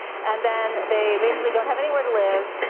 and then they basically don't have anywhere to live.